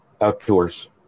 outdoors